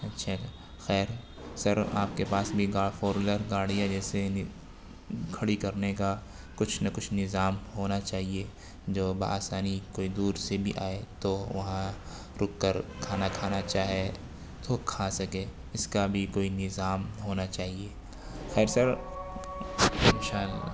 اچھا خیر سر آپ کے پاس فور ویلر گاڑیاں جیسے کھڑی کرنے کا کچھ نہ کچھ نظام ہونا چاہیے جو بآسانی کوئی دور سے بھی آئے تو وہاں رک کر کھانا کھانا چاہے تو کھا سکے اس کا بھی کوئی نظام ہونا چاہیے خیر سر ان شاء اللہ